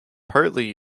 partly